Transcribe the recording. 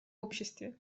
обществе